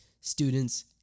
students